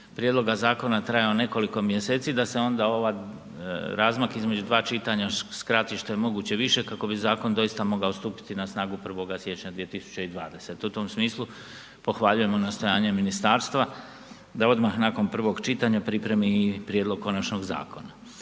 prijedloga zakona trajao nekoliko mjeseci da se onda ovaj razmak između dva čitanja skrati što je moguće više kako bi zakon doista mogao stupiti na snagu 1. siječnja 2020., u tom smislu pohvaljujemo nastojanje ministarstva da odmah nakon prvog čitanja pripremi i prijedlog konačnog zakona.